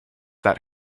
that